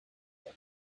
them